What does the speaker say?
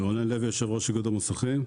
אני יושב-ראש איגוד המוסכים.